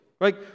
right